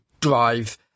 drive